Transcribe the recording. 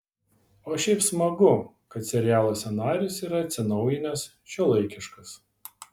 o šiaip smagu kad serialo scenarijus yra atsinaujinęs šiuolaikiškas